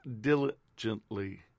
diligently